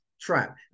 trap